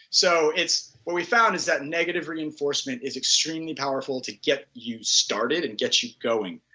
so it's, what we found is that negative reinforcement is extremely powerful to get you started and get you going.